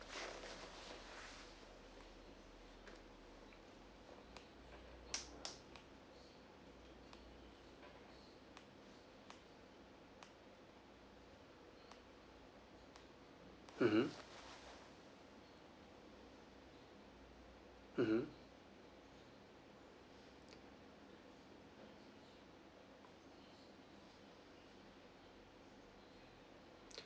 mmhmm mmhmm